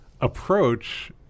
approach